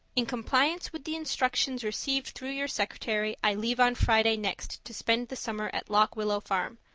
in compliance with the instructions received through your secretary, i leave on friday next to spend the summer at lock willow farm.